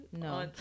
no